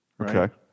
Okay